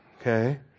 Okay